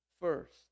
first